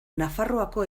nafarroako